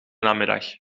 namiddag